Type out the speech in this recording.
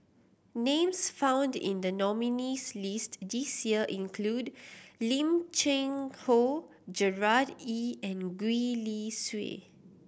names found in the nominees' list this year include Lim Cheng Hoe Gerard Ee and Gwee Li Sui